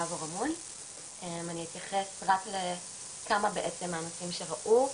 אני אתייחס רק לכמה בעצם האנשים שראו.